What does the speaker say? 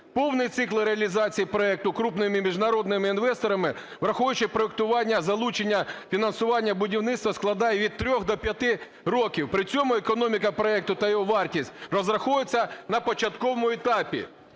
Повний цикл реалізації проекту крупними міжнародними інвесторами, враховуючи проектування, залучення фінансування, будівництва, складає від 3 до 5 років, при цьому економіка проекту та його вартість розраховується на початковому етапі.